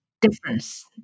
difference